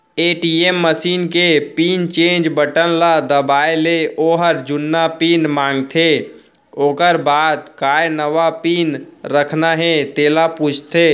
ATM machine के pin change button ल दबाए ले ओहर जुन्ना पिन मांगथे ओकर बाद काय नवा पिन रखना हे तेला पूछथे